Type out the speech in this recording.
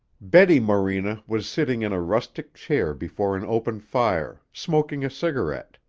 betty morena was sitting in a rustic chair before an open fire, smoking a cigarette.